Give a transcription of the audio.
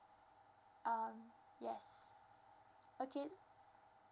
um yes okay